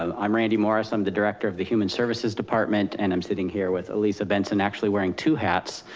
um i'm randy morris. i'm the director of the human services department. and i'm sitting here with elissa benson, actually wearing two hats.